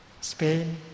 Spain